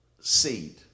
seed